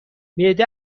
معده